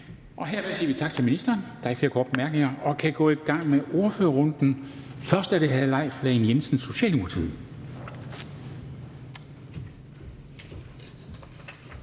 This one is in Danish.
Hermed siger vi tak til ministeren. Der er ikke flere korte bemærkninger, så vi kan gå i gang med ordførerrunden. Først er det hr. Leif Lahn Jensen, Socialdemokratiet.